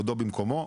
כבודו במקומו,